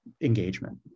engagement